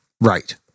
Right